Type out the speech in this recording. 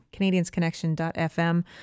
CanadiansConnection.fm